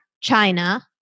China